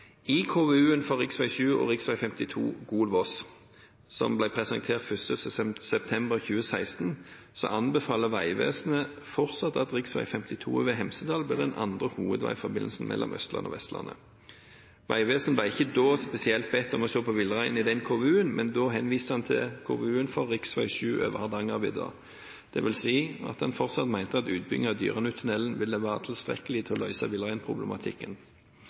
I KUV-en for rv. 7 og rv. 52 Gol–Voss, som ble presentert 1. september 2016, anbefaler Vegvesenet fortsatt at rv. 52 over Hemsedal blir den andre hovedveiforbindelsen mellom Østlandet og Vestlandet. Vegvesenet ble ikke da spesielt bedt om å se på villreinen i den KVU-en, men da henviste en til KVU-en for rv. 7 over Hardangervidda, dvs. at en fortsatt mente at utbygging av Dyranuttunnelen ville være tilstrekkelig til å